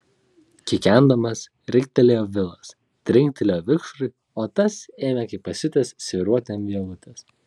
kikendamas riktelėjo vilas trinktelėjo vikšrui o tas ėmė kaip pasiutęs svyruoti ant vielutės